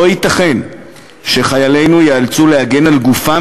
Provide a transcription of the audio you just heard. לא ייתכן שחיילינו יצטרכו להגן על גופם